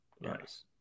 Nice